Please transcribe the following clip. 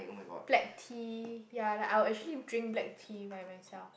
black tea ya like I will actually drink black tea by myself